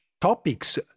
topics